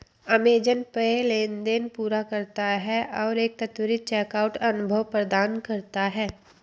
Amazon Pay लेनदेन पूरा करता है और एक त्वरित चेकआउट अनुभव प्रदान करता है